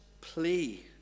plea